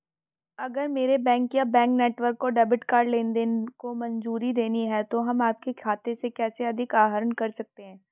अगर मेरे बैंक या बैंक नेटवर्क को डेबिट कार्ड लेनदेन को मंजूरी देनी है तो हम आपके खाते से कैसे अधिक आहरण कर सकते हैं?